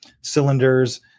cylinders